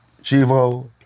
Chivo